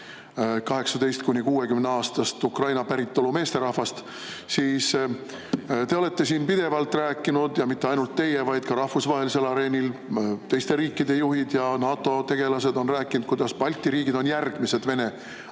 18–60-aastast Ukraina päritolu meesterahvast. Te olete siin pidevalt rääkinud, ja mitte ainult teie, vaid rahvusvahelisel areenil ka teiste riikide juhid ja NATO tegelased on rääkinud, et Balti riigid on järgmised Vene